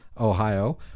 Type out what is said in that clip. Ohio